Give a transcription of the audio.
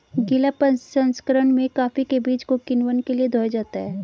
गीला प्रसंकरण में कॉफी के बीज को किण्वन के लिए धोया जाता है